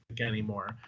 anymore